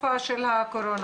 לתקופה של הקורונה.